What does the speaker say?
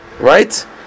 right